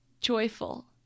joyful